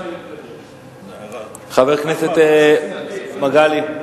חבר הכנסת מגלי,